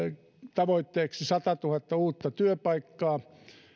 tavoitteeksi satatuhatta uutta työpaikkaa